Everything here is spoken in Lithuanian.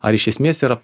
ar iš esmės yra